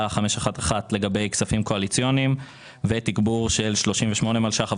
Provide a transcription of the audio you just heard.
1511 לגבי כספים קואליציוניים ו-38 מיליון ₪ תגבור